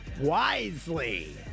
wisely